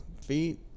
feet